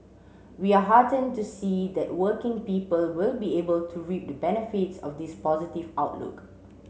we are heartened to see that working people will be able to reap the benefits of this positive outlook